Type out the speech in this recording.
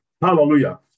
Hallelujah